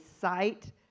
site